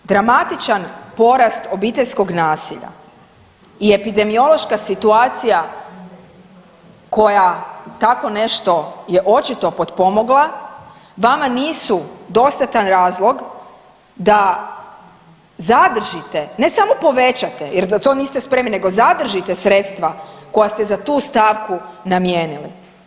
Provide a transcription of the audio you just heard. Dramatičan porast obiteljskog nasilja i epidemiološka situacija koja tako nešto je očito potpomogla vama nisu dostatan razlog da zadržite, ne samo povećate jer da to niste spremni, nego zadržite sredstva koja ste za tu stavku namijenili.